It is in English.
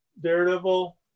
daredevil